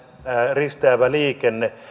risteävä liikenne